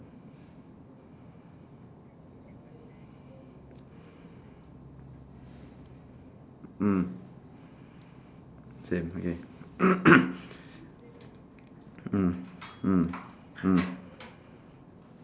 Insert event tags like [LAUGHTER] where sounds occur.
mm same okay [NOISE]